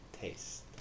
taste